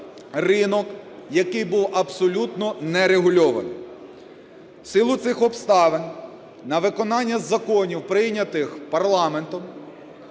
ринок, який був абсолютно нерегульованим. В силу цих обставин, на виконання законів, прийнятих парламентом,